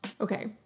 Okay